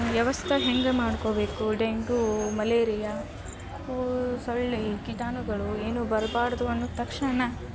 ವ್ಯವಸ್ಥೆ ಹೇಗೆ ಮಾಡ್ಕೊಬೇಕು ಡೆಂಗ್ಯೂ ಮಲೇರಿಯ ಸೊಳ್ಳೆ ಕೀಟಾಣುಗಳು ಏನೂ ಬರಬಾರ್ದು ಅನ್ನೊ ತಕ್ಷ್ಣನೇ